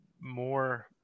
more